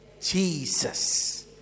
jesus